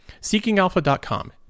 Seekingalpha.com